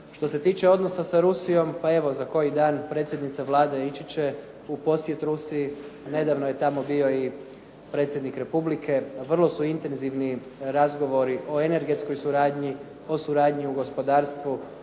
Što se tiče odnosa sa Rusijom, pa evo za koji dan predsjednica Vlade ići će u posjet Rusiji. Nedavno je tamo bio i predsjednik Republike. Vrlo su intenzivni razgovori o energetskoj suradnji, o suradnji u gospodarstvu